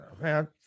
man